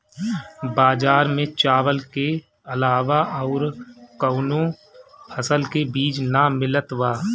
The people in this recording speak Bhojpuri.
बजार में चावल के अलावा अउर कौनो फसल के बीज ना मिलत बा